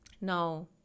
now